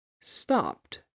stopped